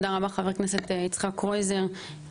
ח"כ יצחק קרויזר,